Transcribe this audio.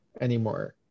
anymore